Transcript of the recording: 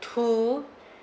to